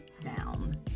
down